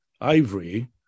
ivory